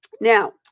Now